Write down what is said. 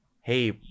hey